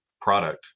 product